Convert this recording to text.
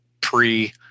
pre